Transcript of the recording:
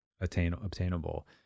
obtainable